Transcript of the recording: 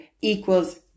equals